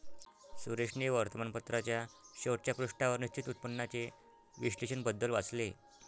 सुरेशने वर्तमानपत्राच्या शेवटच्या पृष्ठावर निश्चित उत्पन्नाचे विश्लेषण बद्दल वाचले